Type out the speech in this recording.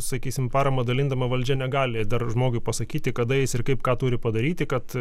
sakysim paramą dalindama valdžia negali dar žmogui pasakyti kada jis ir kaip ką turi padaryti kad